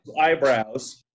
Eyebrows